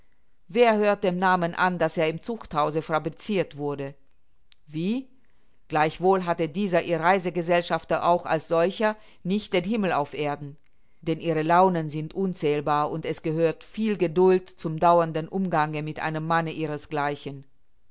wer hört dem namen an daß er im zuchthause fabricirt wurde wie gleichwohl hatte dieser ihr reisegesellschafter auch als solcher nicht den himmel auf erden denn ihre launen sind unzählbar und es gehört viel geduld zum dauernden umgange mit einem manne